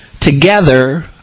together